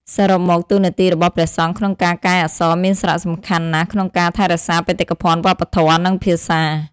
សរុបមក តួនាទីរបស់ព្រះសង្ឃក្នុងការកែអក្សរមានសារៈសំខាន់ណាស់ក្នុងការ ថែរក្សាបេតិកភណ្ឌវប្បធម៌ និងភាសា។